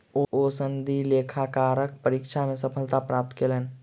ओ सनदी लेखाकारक परीक्षा मे सफलता प्राप्त कयलैन